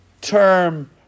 term